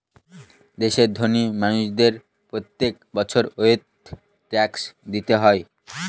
দেশের ধোনি মানুষদের প্রত্যেক বছর ওয়েলথ ট্যাক্স দিতে হয়